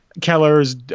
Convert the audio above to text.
Keller's